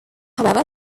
however